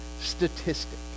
statistic